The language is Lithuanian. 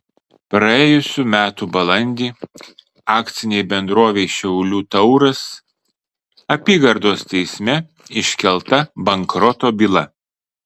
praėjusių metų balandį akcinei bendrovei šiaulių tauras apygardos teisme iškelta bankroto byla